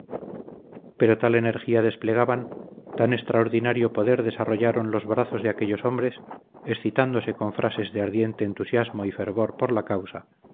pero tal energía desplegaban tan extraordinario poder desarrollaron los brazos de aquellos hombres excitándose con frases de ardiente entusiasmo y fervor por la causa